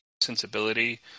sensibility